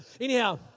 Anyhow